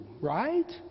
right